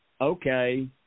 okay